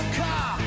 car